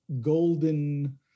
golden